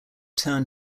turn